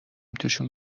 توشون